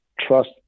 trust